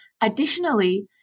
Additionally